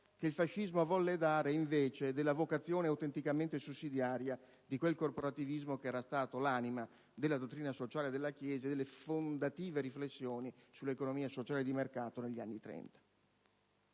che il fascismo volle promuovere in luogo della vocazione autenticamente sussidiaria di quel corporativismo che era stato l'anima della dottrina sociale della Chiesa e delle fondative riflessioni sull'economia sociale di mercato negli anni '30.